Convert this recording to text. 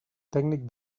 tècnic